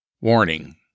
Warning